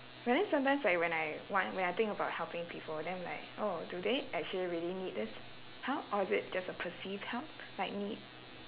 but then sometimes like when I want when I think about helping people then like oh do they actually really need this help or is it just a perceived help like need